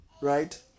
right